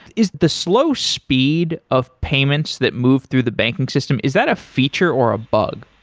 is the slow speed of payments that move through the banking system, is that a feature or a bug?